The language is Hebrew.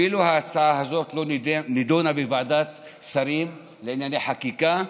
ההצעה הזאת אפילו לא נדונה בוועדת שרים לענייני חקיקה,